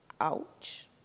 Ouch